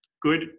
good